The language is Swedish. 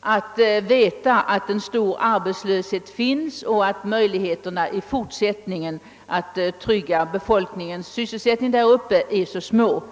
att veta att stor arbetslöshet råder och att möjligheterna att i fortsättningen trygga befolkningens sysselsättning är mycket små.